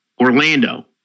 Orlando